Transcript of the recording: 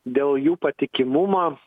dėl jų patikimumo